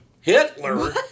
Hitler